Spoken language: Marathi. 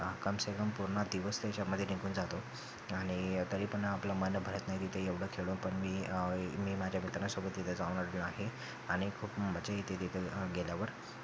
कम से कम पूर्ण दिवस त्याच्यामध्ये निघून जातो आणि तरी पण आपलं मन भरत नाही तिथे एवढं खेळून पण मी मी माझ्या मित्रांसोबत तिथं जाऊन आलेलो आहे आणि खूप मजा येते तिथं गेल्यावर